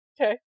okay